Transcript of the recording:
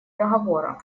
договора